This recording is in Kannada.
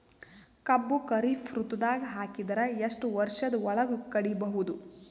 ಕಬ್ಬು ಖರೀಫ್ ಋತುದಾಗ ಹಾಕಿದರ ಎಷ್ಟ ವರ್ಷದ ಒಳಗ ಕಡಿಬಹುದು?